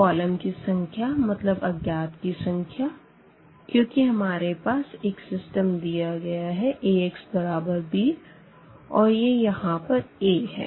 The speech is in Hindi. कॉलम की संख्या मतलब अज्ञात की संख्या क्योंकि हमारे पास एक सिस्टम दिया गया है Ax बराबर b और ये यहाँ पर A है